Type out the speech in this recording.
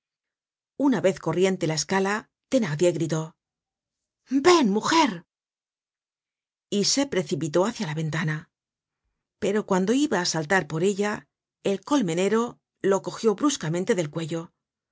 una vez corriente la escala thenardier gritó ven mujer y se precipitó hácia la ventana pero cuando iba á saltar por ella el colmenero lo cogió bruscamente del cuello